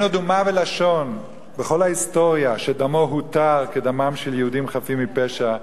אין עוד אומה ולשון בכל ההיסטוריה שדמה הותר כדמם של יהודים חפים מפשע,